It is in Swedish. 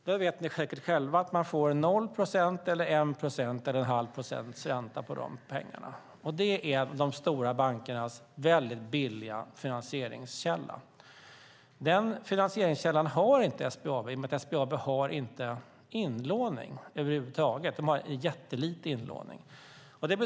Ni vet säkert själva att man får 0 procent, 1 procent eller 1⁄2 procent i ränta på de pengarna. Det är de stora bankernas mycket billiga finansieringskälla. Den finansieringskällan har inte SBAB i och med att SBAB inte har inlåning över huvud taget eller har jättelite inlåning.